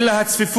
אלא על הצפיפות